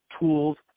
tools